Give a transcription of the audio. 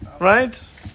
Right